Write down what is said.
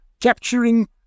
capturing